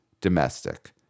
domestic